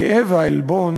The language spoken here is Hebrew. הכאב והעלבון